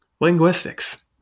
linguistics